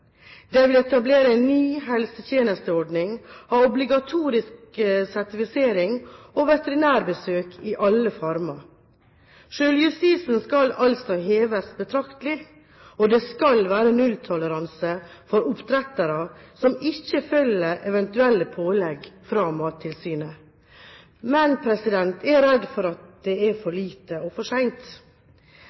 vil etablere en ny helsetjenesteordning, ha obligatorisk sertifisering og veterinærbesøk i alle farmer. Selvjustisen skal altså heves betraktelig, og det skal være nulltoleranse for oppdrettere som ikke følger eventuelle pålegg fra Mattilsynet. Men jeg er redd for at dette er for lite og for